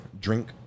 drink